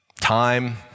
time